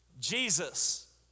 Jesus